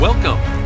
Welcome